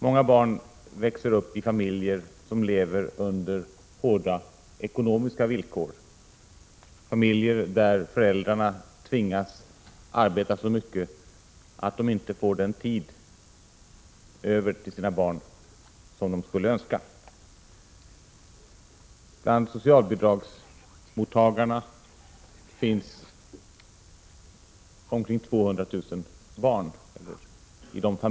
Många barn växer upp i familjer som lever under hårda ekonomiska villkor, i familjer där föräldrarna tvingas arbeta så mycket att de inte får den tid över till sina barn som de skulle önska.